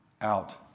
Out